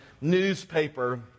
newspaper